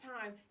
time